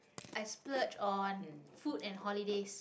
i splurge on food and holidays